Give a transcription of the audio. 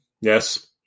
Yes